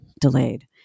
delayed